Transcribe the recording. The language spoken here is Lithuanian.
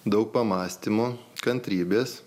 daug pamąstymo kantrybės